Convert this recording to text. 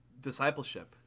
discipleship